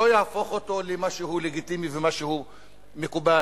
לא יהפוך אותו למשהו לגיטימי ומשהו מקובל.